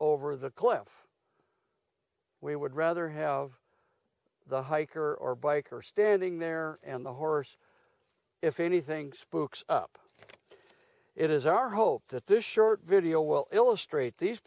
over the cliff we would rather have the hiker or biker standing there and the horse if anything spoke up it is our hope that this short video will illustrate these